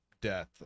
death